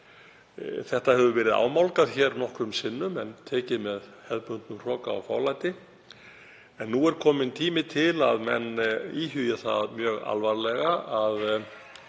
Þetta hefur verið ámálgað hér nokkrum sinnum en því tekið með hefðbundnum hroka og fálæti. Nú er kominn tími til að menn íhugi það mjög alvarlega að